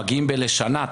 מגיעים לשנה.